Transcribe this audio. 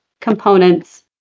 components